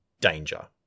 danger